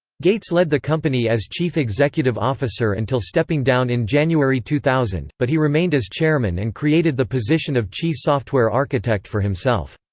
gates led the company as chief executive officer until stepping down in january two thousand, but he remained as chairman and created the position of chief software architect for himself.